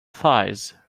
thighs